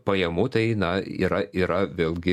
pajamų tai na yra yra vėlgi